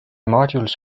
modules